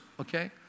okay